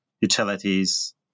utilities